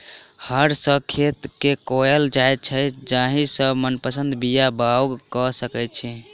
हर सॅ खेत के कोड़ल जाइत छै जाहि सॅ मनपसंद बीया बाउग क सकैत छी